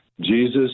Jesus